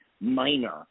minor